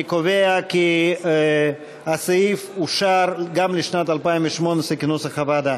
אני קובע כי הסעיף אושר גם לשנת 2018 כנוסח הוועדה.